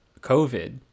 covid